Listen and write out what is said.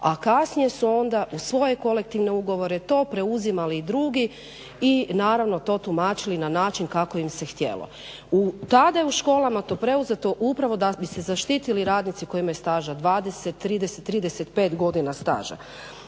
a kasnije su onda u svoje kolektivne ugovore to preuzimali i drugi i naravno to tumačili na način kako im se htjelo. Tada u školama je to preuzeto upravo da bi se zaštitili radnici koji imaju staža, 20, 30, 35 godina staža.